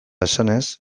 esanez